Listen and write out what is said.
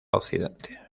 occidente